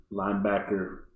linebacker